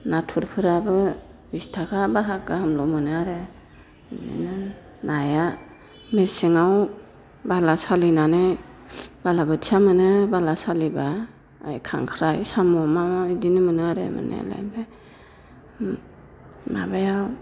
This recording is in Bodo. नाथुरफोराबो बिस थाखा बाहाग गाहामल' मोनो आरो बेदिनो नाया मेसेङाव बाला सालिनानै बाला बोथिया मोनो बाला सालिब्ला खांख्राइ साम' मा मा बेदिनो मोनो आरो मोननायालाय ओमफाय माबायाव